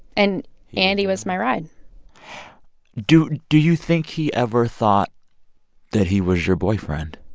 and andy was my ride do do you think he ever thought that he was your boyfriend?